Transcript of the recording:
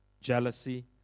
jealousy